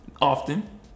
often